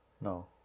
No